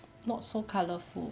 not so colourful